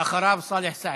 ואחריו, סאלח סעד.